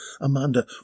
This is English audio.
Amanda